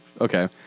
Okay